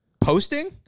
posting